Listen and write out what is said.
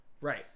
Right